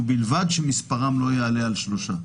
ובלבד שמספרם לא יעלה על שלושה.